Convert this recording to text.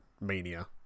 mania